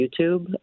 YouTube